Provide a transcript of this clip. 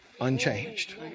unchanged